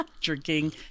Drinking